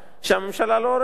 שהממשלה לא הורסת,